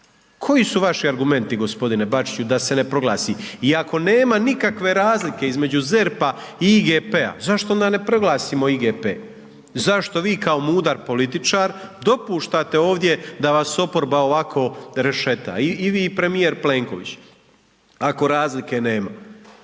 Koji su vaši argumenti g. Bačiću, da se ne proglasi? I ako nema nikakve razlike između ZERP-a i IGP-a, zašto onda ne proglasimo IGP? Zašto vi kao mudar političar dopuštate ovdje da vas oporba ovako rešeta? I vi i premijer Plenković, ako razlike nema?